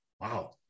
wow